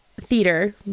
theater